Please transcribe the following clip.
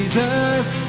Jesus